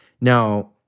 Now